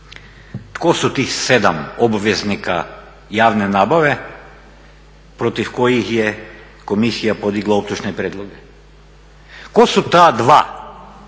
Tko su tih 7 obveznika javne nabave protiv kojih je komisija podigla optužne prijedloge? Tko su ta dva prva